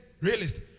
Realist